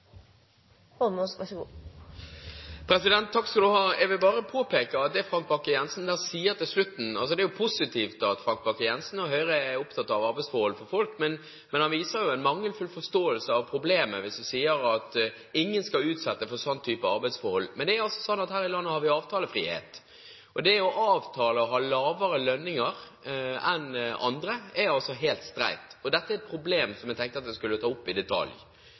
Jeg vil bare påpeke noe Frank Bakke-Jensen sier på slutten. Det er positivt at Frank Bakke-Jensen og Høyre er opptatt av arbeidsforhold for folk, men han viser en mangelfull forståelse for problemet hvis han sier at ingen skal utsettes for en sånn type arbeidsforhold. Det er altså sånn at i dette landet har vi avtalefrihet, og det å avtale å ha lavere lønninger enn andre er helt streit. Dette er et problem som jeg tenkte at jeg skulle ta opp i detalj,